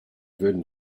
veulent